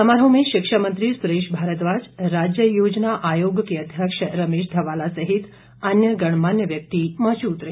समारोह में शिक्षा मंत्री सुरेश भारद्वाज राज्य योजना आयोग के अध्यक्ष रमेश धवाला सहित अन्य गणमान्य व्यक्ति मौजूद रहे